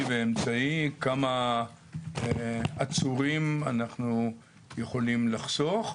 ואמצעי כמה עצורים אנחנו יכולים לחסוך,